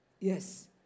Yes